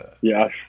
yes